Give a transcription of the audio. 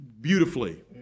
beautifully